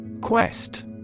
Quest